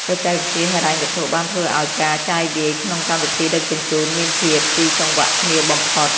បច្ចេកវិទ្យាហិរញ្ញវត្ថុបានធ្វើឱ្យការចាយវាយក្នុងកម្មវិធីដឹកជញ្ជូនមានភាពស៊ីចង្វាក់គ្នាបំផុត។